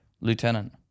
lieutenant